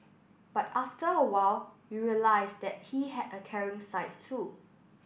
but after a while we realised that he had a caring side too